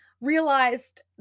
realized